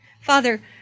Father